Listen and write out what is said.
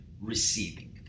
receiving